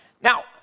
Now